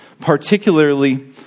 particularly